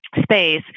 space